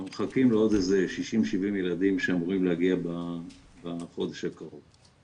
אנחנו מחכים לעוד איזה 60 70 ילדים שאמורים להגיע בחודש הקרוב.